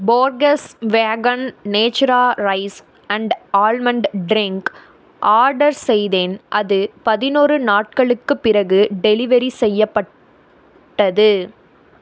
Borges vegan natura rice and almond drink order செய்தேன் அது பதினோரு நாட்களுக்குப் பிறகு டெலிவரி செய்யப்பட்டது